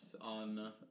on